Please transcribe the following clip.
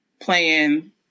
playing